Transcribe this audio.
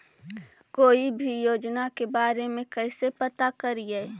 कोई भी योजना के बारे में कैसे पता करिए?